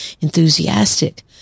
enthusiastic